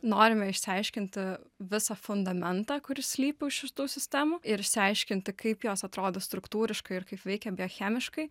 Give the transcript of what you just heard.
norime išsiaiškinti visą fundamentą kuris slypi už šitų sistemų ir išsiaiškinti kaip jos atrodo struktūriškai ir kaip veikia biochemiškai